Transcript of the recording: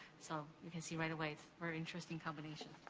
so, you can see right away, it's a very interesting combination.